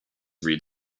read